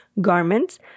garments